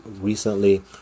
recently